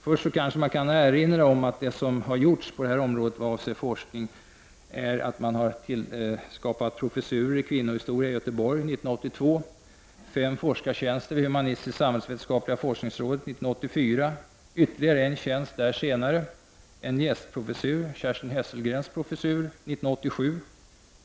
Först kan jag erinra om något av det som har gjorts på detta område vad avser forskning. Det inrättades professurer i kvinnohistoria i Göteborg 1982, fem forskartjänster vid humanistisk-samhällsvetenskapliga forskningsrådet 1984, ytterligare en tjänst där senare och en gästprofessur, Kerstin Hesselgrens professur, 1987.